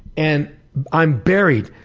and i'm buried.